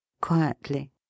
Quietly